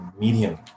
medium